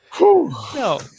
No